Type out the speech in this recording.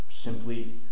Simply